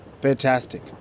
Fantastic